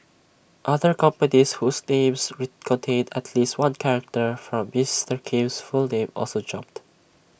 other companies whose names contained at least one character from Mister Kim's full name also jumped